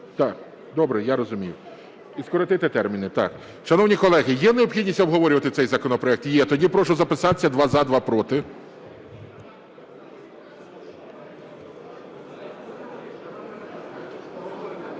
добре, я розумію, і скоротити терміни, так. Шановні колеги, є необхідність обговорювати цей законопроект? Є. Тоді прошу записатися: два – за, два – проти.